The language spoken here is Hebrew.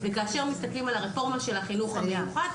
כאשר מסתכלים על הרפורמה של החינוך המיוחד,